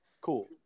cool